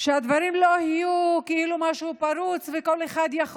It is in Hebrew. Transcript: שהדברים לא יהיו כאילו זה משהו פרוץ וכל אחד יכול